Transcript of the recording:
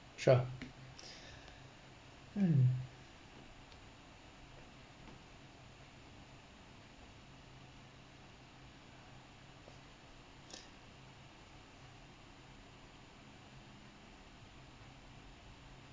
sure um